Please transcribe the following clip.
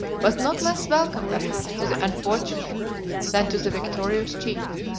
was not less welcome perhaps to the unfortunate than to the victorious chief.